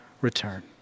return